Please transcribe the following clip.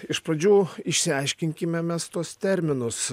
iš pradžių išsiaiškinkime mes tuos terminus